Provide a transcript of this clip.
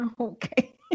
Okay